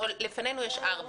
לפנינו יש ארבע